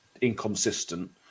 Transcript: Inconsistent